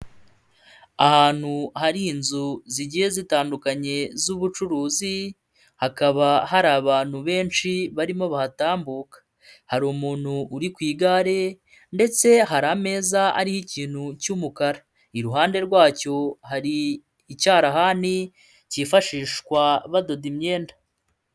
Ahantu hari inzu zigiye zitandukanye z'ubucuruzi, hakaba hari abantu benshi barimo bahatambuka, hari umuntu uri ku igare ndetse hari ameza ariho ikintu cy'umukara, iruhande rwacyo hari icyarahani cyifashishwa badoda imyenda.